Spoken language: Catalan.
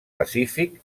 pacífic